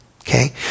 Okay